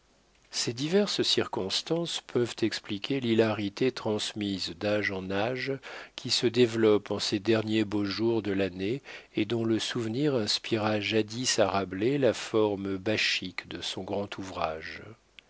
ces diverses circonstances peuvent expliquer l'hilarité transmise d'âge en âge qui se développe en ces derniers beaux jours de l'année et dont le souvenir inspira jadis à rabelais la forme bachique de son grand ouvrage